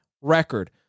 record